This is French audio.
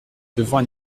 devant